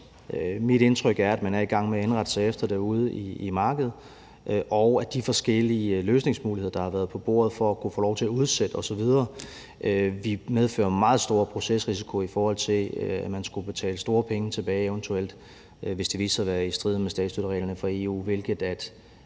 Mit indtryk er, at man er i gang med at indrette sig efter det ude i markedet, og at de forskellige løsningsmuligheder, der har været på bordet, for at kunne få lov til at udsætte osv. ville medføre en meget stor procesrisiko, i forhold til at man eventuelt skulle betale store beløb tilbage, hvis det viste sig at være i strid med statsstøttereglerne fra EU, hvilket